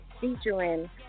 featuring